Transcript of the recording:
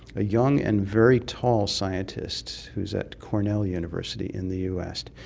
a young and very tall scientist who is at cornell university in the us,